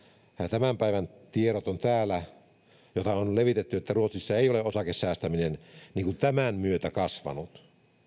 tämän päivän tiedot joita täällä on levitetty että ruotsissa ei ole osakesäästäminen tämän myötä kasvanut